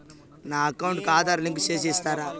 నా అకౌంట్ కు ఆధార్ లింకు సేసి ఇస్తారా?